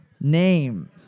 name